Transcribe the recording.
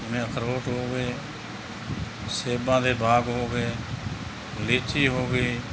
ਜਿਵੇਂ ਅਖਰੋਟ ਹੋ ਗਏ ਸੇਬਾਂ ਦੇ ਬਾਗ ਹੋ ਗਏ ਲੀਚੀ ਹੋ ਗਈ